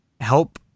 help